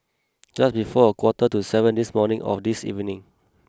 just before a quarter to seven this morning or this evening